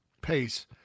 pace